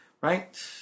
Right